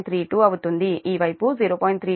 32 అవుతుంది ఈ వైపు 0